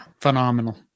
phenomenal